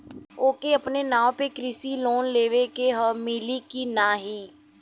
ओके अपने नाव पे कृषि लोन लेवे के हव मिली की ना ही?